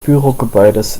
bürogebäudes